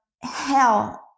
hell